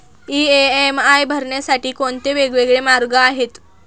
EMI भरण्यासाठी कोणते वेगवेगळे मार्ग आहेत?